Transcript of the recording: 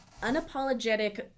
unapologetic